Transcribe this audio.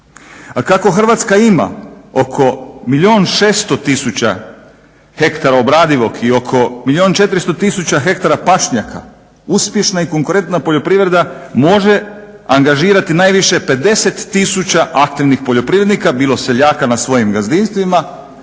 a kako Hrvatska ima oko milijun 600 tisuća ha obradivog i oko milijun i oko 400 tisuća ha pašnjaka uspješna i konkurenta poljoprivreda može angažirati najviše 50 tisuća aktivnih poljoprivrednika bilo seljaka na svojim gazdinstvima,